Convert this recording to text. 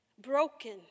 broken